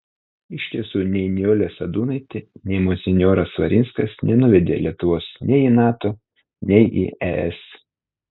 iš tiesų nei nijolė sadūnaitė nei monsinjoras svarinskas nenuvedė lietuvos nei į nato nei į es